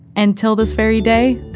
and till this very day,